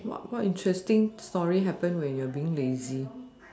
what what interesting story happen when you are being lazy